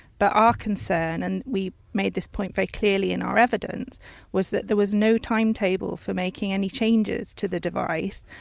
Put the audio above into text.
but our concern and we made this point very clearly in our evidence was that there was no timetable for making any changes to the device,